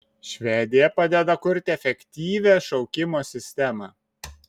švedija padeda kurti efektyvią šaukimo sistemą